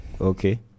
Okay